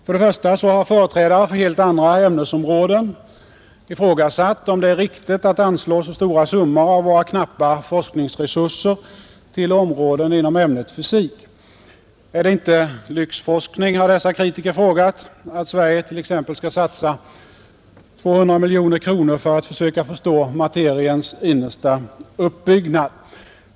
För det första har företrädare för helt andra ämnesområden ifrågasatt om det är riktigt att anslå så stora summor av våra knappa forskningsresurser till områden inom ämnet fysik. Är det inte lyxforskning, har dessa kritiker frågat, att Sverige t.ex. skall satsa 200 miljoner kronor för att försöka förstå materiens innersta uppbyggnad?